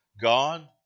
God